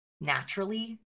naturally